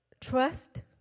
trust